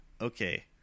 okay